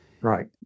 Right